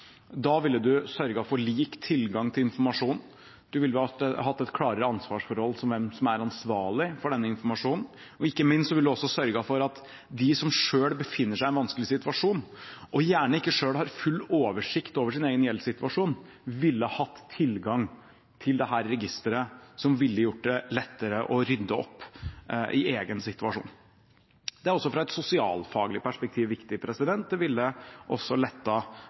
Da ville man sørget for lik tilgang til informasjon, og man ville hatt et klarere ansvarsforhold – om hvem som er ansvarlig for denne informasjonen. Ikke minst ville man også sørget for at de som selv befinner seg i en vanskelig situasjon og gjerne ikke selv har full oversikt over sin egen gjeldssituasjon, ville hatt tilgang til dette registeret, noe som ville gjort det lettere å rydde opp i egen situasjon. Det er også viktig i et sosialfaglig perspektiv; det ville lettet det